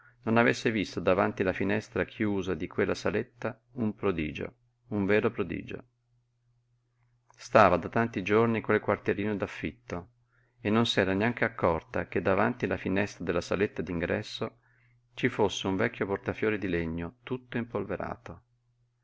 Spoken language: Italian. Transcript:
non avesse visto davanti la finestra chiusa di quella saletta un prodigio un vero prodigio stava da tanti giorni in quel quartierino d'affitto e non s'era neanche accorta che davanti la finestra della saletta d'ingresso ci fosse un vecchio portafiori di legno tutto impolverato